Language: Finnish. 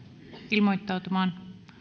ilmoittautumaan